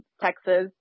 Texas